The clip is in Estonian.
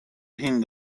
hind